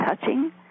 touching